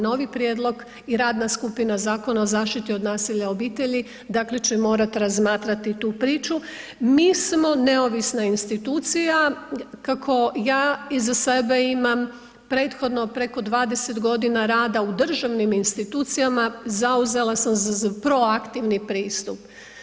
Novi prijedlog i radna skupina Zakona o zaštiti od nasilja u obitelji dakle će morat razmatrati tu priču, mi smo neovisna institucija, kako ja iza sebe imam prethodno preko 20 g. rada u državnim institucijama, zauzela sam se za proaktivni pristup.